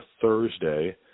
Thursday